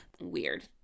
Weird